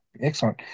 excellent